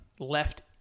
left